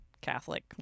Catholic